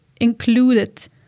included